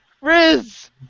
Riz